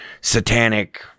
satanic